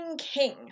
King